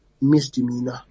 misdemeanor